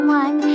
one